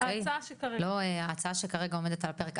ההצעה שכרגע עומדת על הפרק.